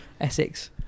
Essex